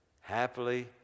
happily